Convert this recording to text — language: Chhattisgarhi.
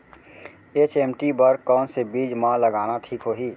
एच.एम.टी बर कौन से बीज मा लगाना ठीक होही?